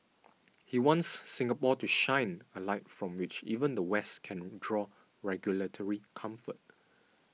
he wants Singapore to shine a light from which even the West can draw regulatory comfort